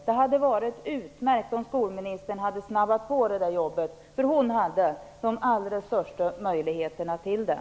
Det hade varit utmärkt om skolministern hade snabbat på det jobbet. Hon hade de största möjligheterna att göra det.